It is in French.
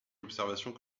observations